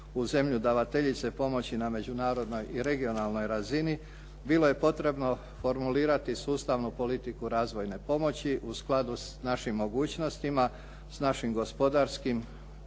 u zemlju davateljice pomoći na međunarodnoj i regionalnoj razini. Bilo je potrebno formulirati sustavnu politiku razvojne pomoći u skladu s našim mogućnostima, s našim gospodarskim,